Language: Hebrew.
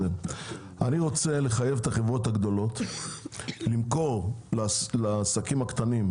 רוצה לחייב את החברות הגדולות למכור לעסקים הקטנים,